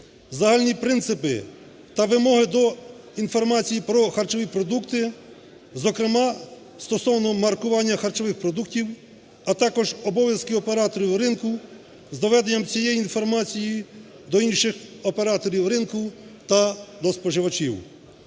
Загальні принципи та вимоги до інформації про харчові продукти, зокрема стосовно маркування харчових продуктів, а також обов'язків операторів ринку з доведенням цієї інформації до інших операторів ринку та до споживачів.